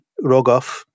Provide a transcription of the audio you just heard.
Rogov